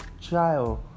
child